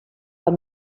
amb